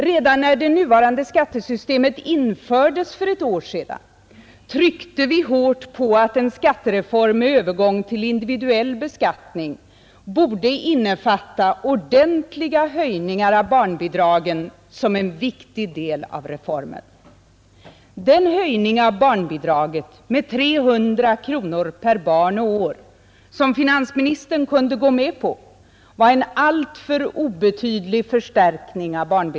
Redan när det nuvarande skattesystemet infördes för ett år sedan tryckte vi hårt på att en skattereform med övergång till individuell beskattning borde innefatta ordentliga höjningar av barnbidragen som en viktig del av reformen. Den höjning av barnbidraget med 300 kronor per barn och år som finansministern kunde gå med på var en alltför obetydlig förstärkning.